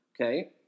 okay